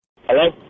Hello